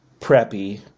preppy